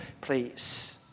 please